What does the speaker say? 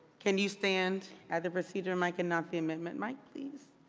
can you stand at the procedure mic and not the amendment mic, please?